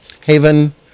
Haven